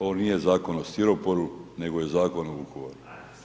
Ovo nije zakon o stiroporu, nego je zakon o Vukovaru.